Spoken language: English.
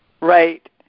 Right